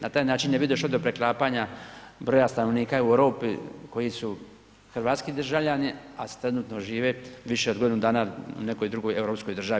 Na taj način ne bi došlo do preklapanja broja stanovnika u Europi koji su hrvatski državljani, a trenutno žive više od godinu dana u nekoj drugoj europskoj državi.